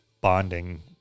bonding